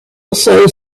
also